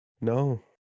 No